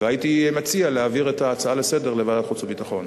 והייתי מציע להעביר את ההצעה לסדר-היום לוועדת החוץ והביטחון.